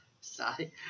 sorry